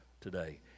today